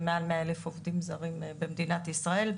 מעל מאה אלף עובדים זרים במדינת ישראל.